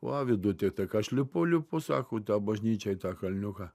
va viduti tai ka aš lipu lipu sako į tą bažnyčią į tą kalniuką